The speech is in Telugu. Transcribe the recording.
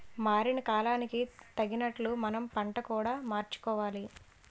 మారిన కాలానికి తగినట్లు మనం పంట కూడా మార్చుకోవాలి